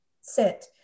sit